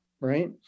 right